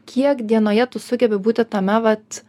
kiek dienoje tu sugebi būti tame vat